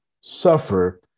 suffer